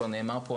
כבר נאמר פה,